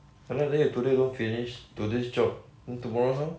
!hanna! then you today don't finish today's job then tomorrow how